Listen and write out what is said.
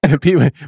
people